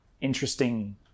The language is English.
interesting